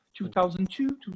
2002